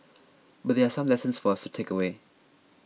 but there are some lessons for us to takeaway